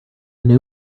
new